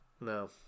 No